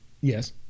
yes